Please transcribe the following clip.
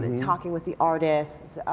and talking with the artists,